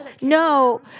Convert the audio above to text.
No